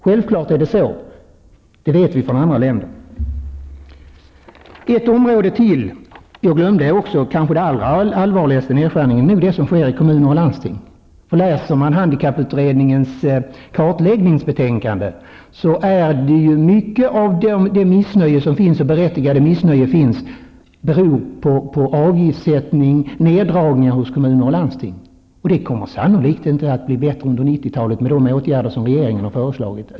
Självklart är det så. Man har erfarenhet av detta i andra länder. Den allvarligaste nedskärningen är nog den som sker i kommuner och landsting. Läser man handikapputredningens kartläggningsbetänkande finner man ju att mycket av det berättigade missnöjet beror på avgiftssättningen, neddragningar i kommuner och landsting. Det kommer sannolikt inte att bli bättre under 90-talet med de åtgärder som regeringen har föreslagit.